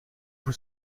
vous